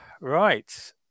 right